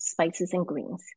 spicesandgreens